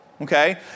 okay